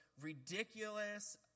ridiculous